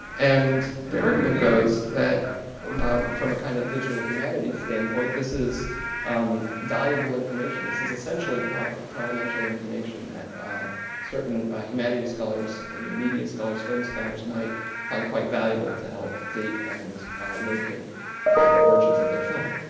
and the argument goes that from a kind of digital humanities standpoint, this is valuable information. this is essentially providential information that certain humanity scholars, and yeah media scholars, film scholars might find quite valuable to help date and locate of their film.